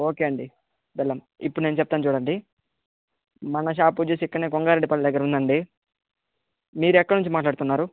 okay అండి బెల్లం ఇప్పుడు నేను చెప్తాను చూడండి మన షాప్ వచ్చేసి ఇక్కడనే కొంగారెడ్డి పల్లి దగ్గర ఉందండీ మీరెక్కడ నుంచి మాట్లాడుతున్నారు